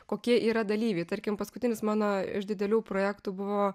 kokie yra dalyviai tarkim paskutinis mano iš didelių projektų buvo